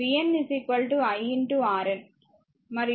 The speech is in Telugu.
కాబట్టి vn i Rn మరియు ఇక్కడ i v R1 R2